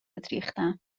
ریختم